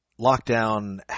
Lockdown